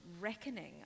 reckoning